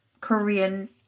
Korean